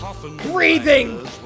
Breathing